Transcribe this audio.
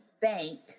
bank